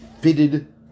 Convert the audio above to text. fitted